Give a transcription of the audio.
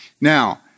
Now